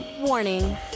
Warning